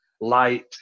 light